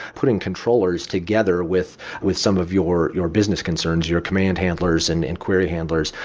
putting controllers together with with some of your your business concerns your command handlers and and query handlers,